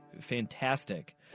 fantastic